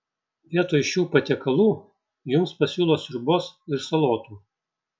vietoj šių patiekalų jums pasiūlo sriubos ir salotų